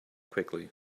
quickly